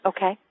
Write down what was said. Okay